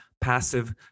passive